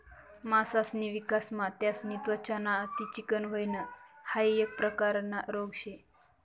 मासासनी विकासमा त्यासनी त्वचा ना अति चिकनं व्हयन हाइ एक प्रकारना रोग शे